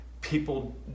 people